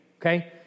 Okay